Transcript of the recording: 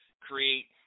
create